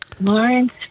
Lawrence